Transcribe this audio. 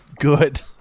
good